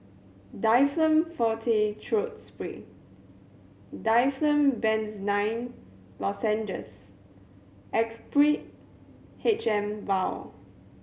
Difflam Forte Throat Spray Difflam Benzydamine Lozenges Actrapid H M Vial